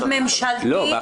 לא,